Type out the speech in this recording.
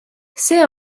see